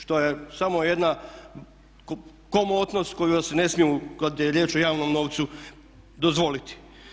Što je samo jedna komotnost koju si ne smiju kada je riječ o javnom novcu dozvoliti.